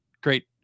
great